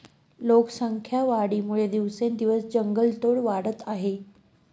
लोकसंख्या वाढीमुळे दिवसेंदिवस जंगलतोड वाढत आहे